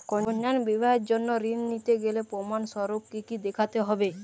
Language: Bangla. কন্যার বিবাহের জন্য ঋণ নিতে গেলে প্রমাণ স্বরূপ কী কী দেখাতে হবে?